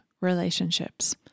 relationships